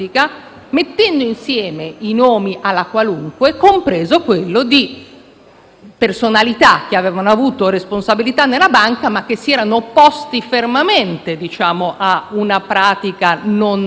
personalità che avevano avuto responsabilità nella banca, ma che si erano opposti fermamente a una pratica non corretta della *governance* di allora, tanto che in quella stessa mattina